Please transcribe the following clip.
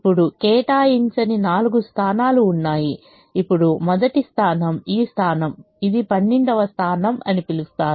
ఇప్పుడు కేటాయించని నాలుగు స్థానాలు ఉన్నాయి ఇప్పుడు మొదటి స్థానం ఈ స్థానం ఇది 12 వ స్థానం అని పిలుస్తారు